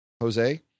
Jose